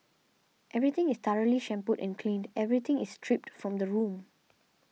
everything is thoroughly shampooed and cleaned everything is stripped from the room